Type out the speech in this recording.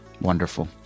Wonderful